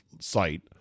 site